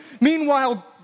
Meanwhile